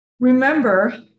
Remember